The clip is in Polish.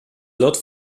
lot